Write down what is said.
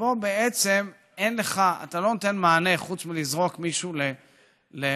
שבו בעצם לא נותנים מענה חוץ מלזרוק מישהו למוסד.